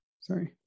sorry